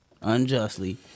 unjustly